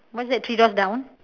what's that three doors down